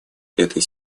этой